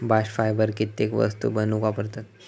bast fibre कित्येक वस्तू बनवूक वापरतत